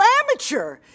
amateur